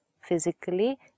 physically